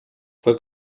fue